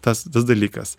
tas tas dalykas